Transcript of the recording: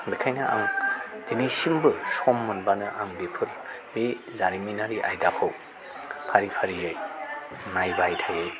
बेनिखायनो आं दिनैसिमबो सम मोनबानो आं बेफोर बे जारिमिनारि आयदाखौ फारि फारियै नायबाय थायो